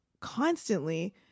constantly